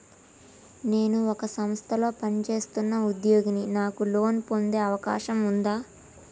నేను ఒక సంస్థలో పనిచేస్తున్న ఉద్యోగిని నాకు లోను పొందే అవకాశం ఉందా?